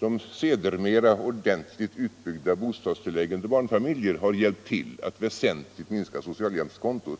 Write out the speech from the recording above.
de sedermera ordentligt utbyggda bostadstilläggen till barnfamiljer väsentligt har hjälpt till att minska socialhjälpskontot.